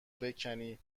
بکنی